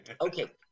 Okay